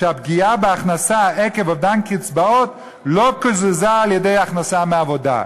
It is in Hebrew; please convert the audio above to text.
שהפגיעה בהכנסה עקב אובדן קצבאות לא קוזזה על-ידי הכנסה מעבודה.